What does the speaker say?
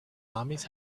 armies